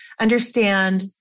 understand